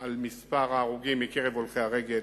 על מספר ההרוגים מקרב הולכי-הרגל,